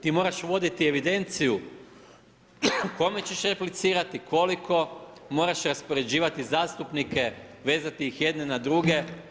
Ti moraš voditi evidenciju, kome ćeš replicirati, koliko, moraš raspoređivati zastupnike, vezati ih jedne na druge.